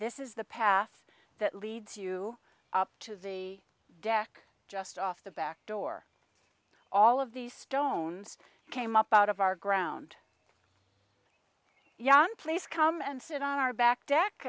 this is the path that leads you up to the deck just off the back door all of these stones came up out of our ground yon place come and sit on our back